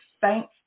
thanks